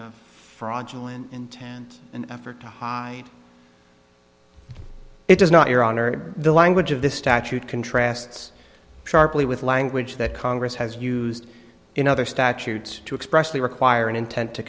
of fraudulent intent and effort to hide it does not your honor the language of this statute contrasts sharply with language that congress has used in other statutes to express the require an intent to